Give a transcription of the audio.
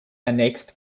annexed